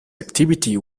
activity